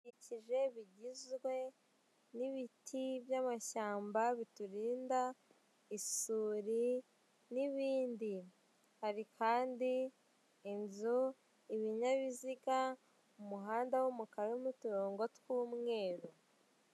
Ibidukije bigizwe n'ibiti by'amashyamba biturinda isuri n'ibindi hari kandi inzu ibinyabiziga umuhanda wo mu karere urimo turongo tw'umweru.